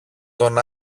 τον